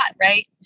Right